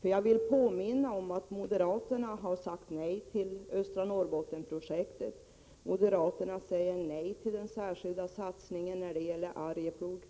Jag vill påminna om att moderaterna har sagt nej till Östra Norrbotten-projektet. Moderaterna säger nej till den särskilda satsningen i Arjeplog.